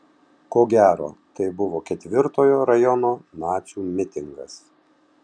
ko gero tai buvo ketvirtojo rajono nacių mitingas